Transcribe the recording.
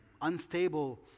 unstable